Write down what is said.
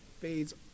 fades